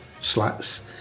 slats